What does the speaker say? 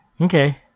Okay